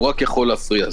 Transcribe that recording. הוא רק יכול להפריע.